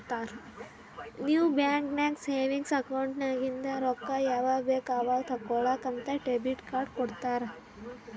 ನೀವ್ ಬ್ಯಾಂಕ್ ನಾಗ್ savings account ನಾಗಿಂದ್ ರೊಕ್ಕಾ ಯಾವಾಗ್ ಬೇಕ್ ಅವಾಗ್ ತೇಕೊಳಾಕ್ ಅಂತ್ ಡೆಬಿಟ್ ಕಾರ್ಡ್ ಕೊಡ್ತಾರ